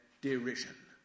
derision